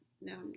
no